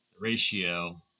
ratio